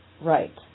Right